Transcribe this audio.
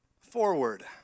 forward